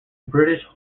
british